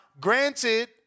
granted